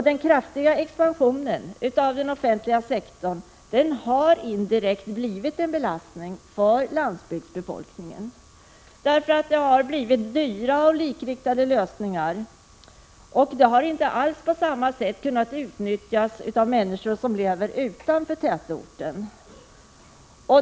Den kraftiga expansionen av den offentliga sektorn har indirekt blivit en belastning för landsbygdsbefolkningen. Det har blivit dyra och likriktade lösningar, som inte alls på samma sätt kunnat utnyttjas av människor som lever utanför tätorterna.